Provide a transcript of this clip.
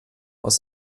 aus